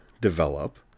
develop